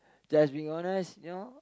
just be honest you know